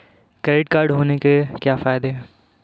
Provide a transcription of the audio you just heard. Credit card होने के क्या फायदे हैं?